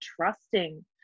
trusting